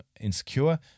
insecure